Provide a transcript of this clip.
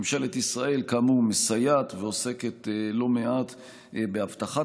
ממשלת ישראל כאמור מסייעת ועוסקת לא מעט בהבטחת